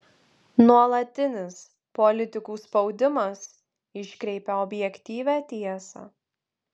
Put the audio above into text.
nuolatinis politikų spaudimas iškreipia objektyvią tiesą